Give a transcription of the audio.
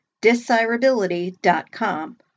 Desirability.com